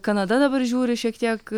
kanada dabar žiūri šiek tiek